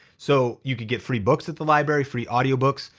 so you could get free books at the library, free audio books.